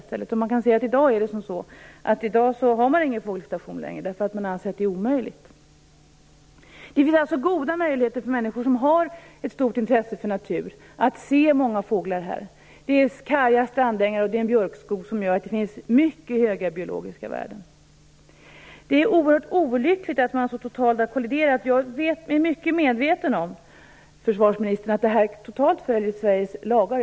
I dag har man ingen fågelstation eftersom man anser att det är omöjligt. Det finns alltså goda möjligheter för människor som har ett stort intresse för naturen att se många fåglar i området. Där finns karga strandängar och en björkskog som gör att de biologiska värdena är mycket höga. Det är oerhört olyckligt att olika intressen har kolliderat så totalt. Jag är medveten om, försvarsministern, att den här verksamheten helt följer Sveriges lagar.